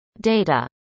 data